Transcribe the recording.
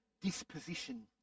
disposition